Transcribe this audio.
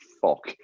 fuck